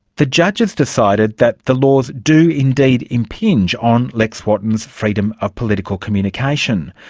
the judges decided that the laws do indeed impinge on lex wotton's freedom of political communication,